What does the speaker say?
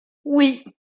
oui